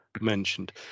mentioned